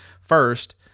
First